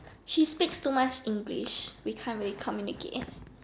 she speaks too much English we can't really communicate